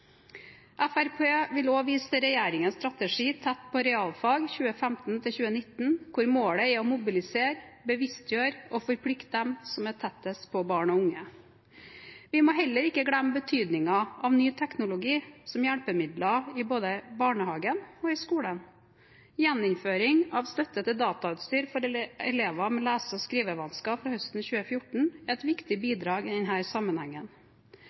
vil også vise til regjeringens strategi «Tett på realfag» for 2015–2019, hvor målet er å mobilisere, bevisstgjøre og forplikte dem som er tettest på barn og unge. Vi må heller ikke glemme betydningen av ny teknologi som hjelpemidler i både barnehagen og skolen. Gjeninnføring av støtte til datautstyr for elever med lese- og skrivevansker fra høsten 2014 er et viktig bidrag i denne sammenhengen.